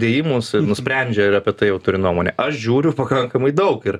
dėjimus ir nusprendžia ir apie tai jau turi nuomonę aš žiūriu pakankamai daug ir